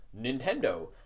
Nintendo